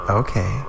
okay